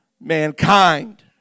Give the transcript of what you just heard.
Mankind